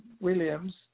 Williams